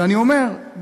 ואני אומר,